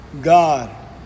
god